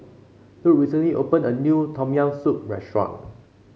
Luc recently opened a new Tom Yam Soup restaurant